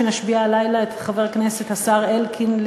שנשביע הלילה את חבר הכנסת השר אלקין,